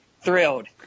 thrilled